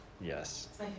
Yes